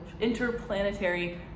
interplanetary